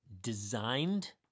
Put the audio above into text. designed